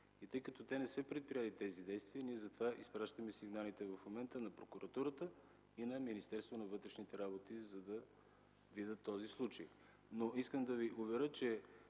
Тъй като те не са предприели тези действия ние затова изпращаме сигналите в момента на прокуратурата и на Министерството на вътрешните работи, за да видят този случай. Искам да Ви уверя, че